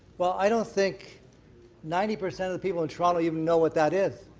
well, i don't think ninety percent of people in toronto even know what that is.